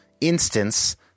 instance